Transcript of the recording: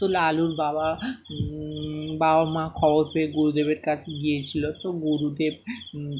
তো লালুর বাবা বাবা মা খবর পেয়ে গুরুদেবের কাছে গিয়েছিলো তো গুরুদেব